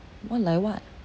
what like what